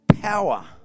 power